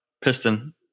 piston